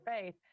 faith